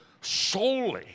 solely